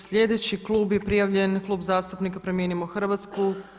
Sljedeći klub je prijavljen je Klub zastupnika Promijenimo Hrvatsku.